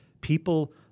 people